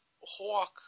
Hawk